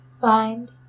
find